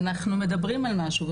אנחנו מדברים על משהו,